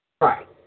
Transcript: Right